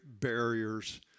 barriers